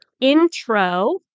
intro